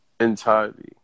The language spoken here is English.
entirely